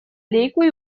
лейку